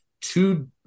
two